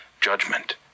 judgment